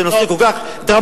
זה נושא כל כך דרמטי,